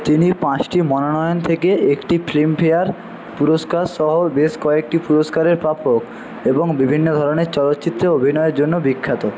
তিনি পাঁচটি মনোনয়ন থেকে একটি ফিল্মফেয়ার পুরস্কার সহ বেশ কয়েকটি পুরস্কারের প্রাপক এবং বিভিন্ন ধরনের চলচ্চিত্রে অভিনয়ের জন্য বিখ্যাত